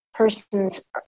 Persons